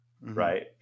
Right